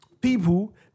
people